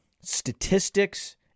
statistics